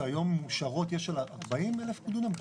שהיום המאושרות יש 40,000 דונם?